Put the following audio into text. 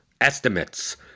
estimates